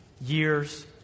Years